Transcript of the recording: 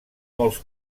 molts